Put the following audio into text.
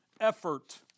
effort